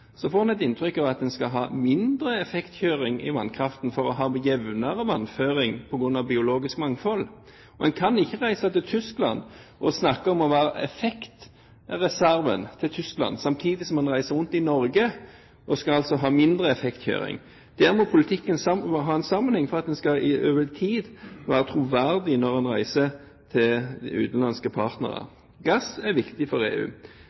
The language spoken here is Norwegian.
får vi lett inntrykk av at vi skal ha mindre effektkjøring i vannkraften for å ha jevnere vannføring på grunn av biologisk mangfold. Man kan ikke reise til Tyskland og snakke om å være effektreserven til Tyskland samtidig som man reiser rundt i Norge og skal ha mindre effektkjøring. Der må politikken ha en sammenheng for at man over tid skal være troverdig når man reiser til utenlandske partnere. Gass er viktig for EU.